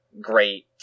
great